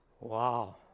Wow